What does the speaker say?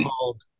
called